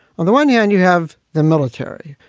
on the one hand, you have the military,